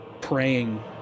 praying